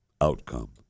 outcome